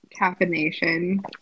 caffeination